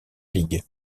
ligue